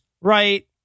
Right